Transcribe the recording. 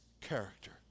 character